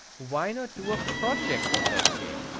why not do a project with that game?